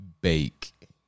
bake